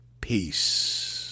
Peace